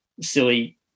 silly